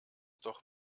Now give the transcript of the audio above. doch